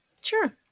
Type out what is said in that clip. sure